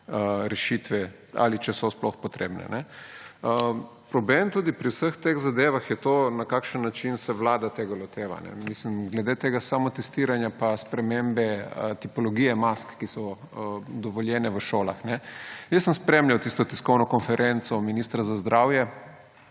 rešitve ali če so sploh potrebne. Problem tudi pri vseh teh zadevah je to, na kakšen način se Vlada tega loteva. Mislim, glede tega samotestiranja pa spremembe tipologije mask, ki so dovoljene v šolah. Jaz sem spremljal tisto tiskovno konferenco ministra za zdravje.